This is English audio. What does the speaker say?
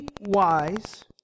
wise